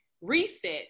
reset